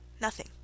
Nothing